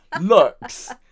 looks